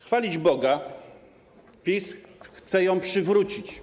Chwalić Boga, PiS chce ją przywrócić.